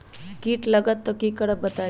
कीट लगत त क करब बताई?